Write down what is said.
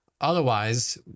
Otherwise